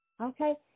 okay